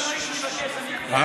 קלנועית הוא יבקש אני, לו.